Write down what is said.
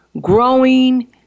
growing